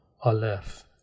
aleph